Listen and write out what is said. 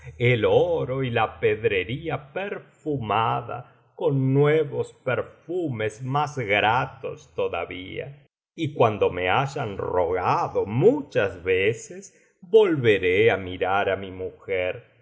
el oro y la pedrería perfumada con nuevos perfumes más gratos todavía y cuando me hayan rogado muchas veces volveré á mirar á mi mujer